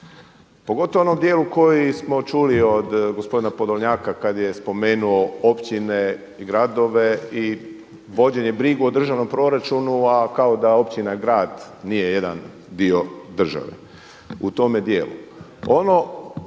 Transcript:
Pogotovo u onom dijelu koji smo čuli od gospodina Podolnjaka kada je spomenuo općine i gradove i vođenje brige o državnom proračunu a kao da općina, grad nije jedan dio države u tome dijelu.